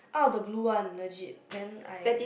out of the blue one legit then I